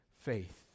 faith